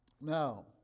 Now